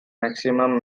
maximum